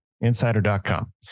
insider.com